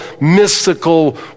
mystical